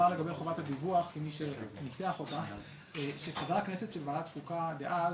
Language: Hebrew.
לגבי חובת הדיווח שחברי הכנסת של ועדת חוקה דאז,